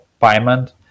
payment